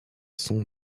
son